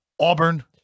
Auburn